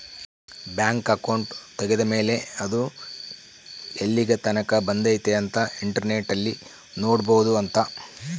bank account ತೆಗೆದ್ದ ಮೇಲೆ ಅದು ಎಲ್ಲಿಗನ ಬಂದೈತಿ ಅಂತ ಇಂಟರ್ನೆಟ್ ಅಲ್ಲಿ ನೋಡ್ಬೊದು ಅಂತ